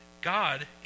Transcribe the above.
God